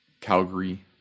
Calgary